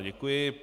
Děkuji.